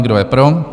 Kdo je pro?